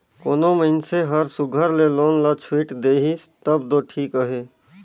कोनो मइनसे हर सुग्घर ले लोन ल छुइट देहिस तब दो ठीक अहे